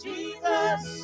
Jesus